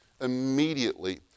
immediately